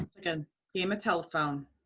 in the ah telephone.